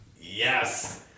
Yes